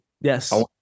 Yes